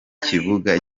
kibuga